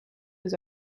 his